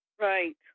right